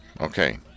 Okay